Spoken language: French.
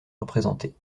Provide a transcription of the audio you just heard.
représentée